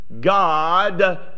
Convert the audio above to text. God